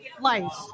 Life